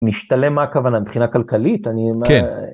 ‫משתלם, מה הכוונה? מבחינה כלכלית? ‫כן.